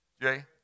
Jay